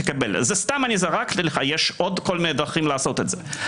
סתם זרקתי, יש עוד כל מיני דרכים לעשות את זה.